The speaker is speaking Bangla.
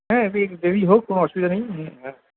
হ্যাঁ একটু দেরী হোক কোন অসুবিধা নেই হুম হ্যাঁ